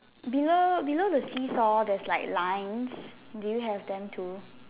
below below the see saw there's like lines do you have them too